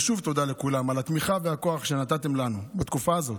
ושוב תודה לכולם על התמיכה והכוח שנתתם לנו בתקופה הזאת.